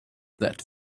that